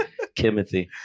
Kimothy